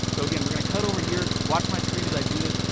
so again we're gonna cut over here, watch my screen as i do this,